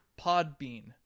Podbean